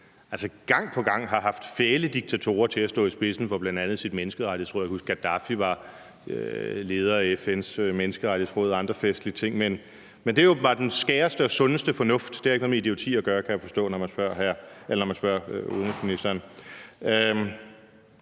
gang på gang har haft fæle diktatorer til at stå i spidsen for bl.a. Menneskerettighedsrådet. Jeg kan huske, at Gaddafi var leder af FN's Menneskerettighedsråd og andre festlige ting. Men det er åbenbart den skæreste og sundeste fornuft. Det har ikke noget med idioti at gøre, kan jeg forstå, når man spørger udenrigsministeren.